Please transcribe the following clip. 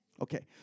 Okay